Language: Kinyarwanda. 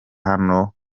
hano